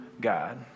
God